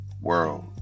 world